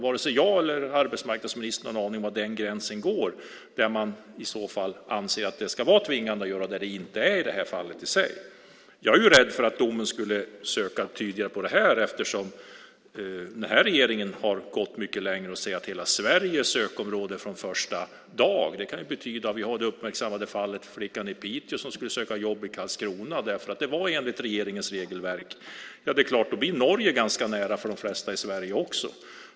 Varken jag eller arbetsmarknadsministern har någon aning om var den gränsen går, där man i så fall anser att personer ska vara tvingade att göra det och där de inte ska vara det. Jag är rädd för att domen skulle söka tydligare på det här, eftersom den här regeringen har gått mycket längre och säger att hela Sverige är sökområde från första dag. Vi har det uppmärksammade fallet med flickan i Piteå som skulle söka jobb i Karlskrona, eftersom det var enligt regeringens regelverk. Det är klart att Norge då blir ganska nära för de flesta i Sverige.